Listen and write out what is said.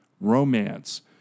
romance